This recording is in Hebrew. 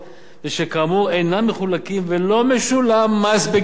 ושכאמור אינם מחולקים ולא משולם מס בגינם.